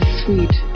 sweet